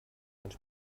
einen